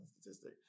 statistic